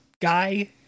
guy